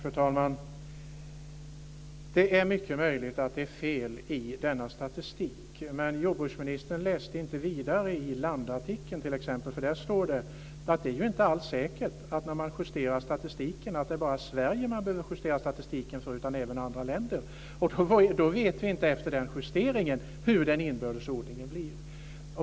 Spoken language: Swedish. Fru talman! Det är mycket möjligt att det är fel i denna statistik. Men jordbruksministern läste inte vidare i Landartikeln, t.ex., för där står det att det inte alls är säkert att det bara är Sverige man behöver justera statistiken för. Det kan även gälla andra länder. Efter den justeringen vet vi inte hur den inbördes ordningen blir.